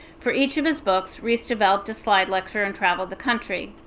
for each of his books, riis developed a slide lecture and travelled the country,